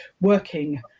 working